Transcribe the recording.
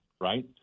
right